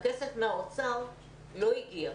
הכסף מהאוצר לא הגיע,